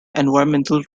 environmental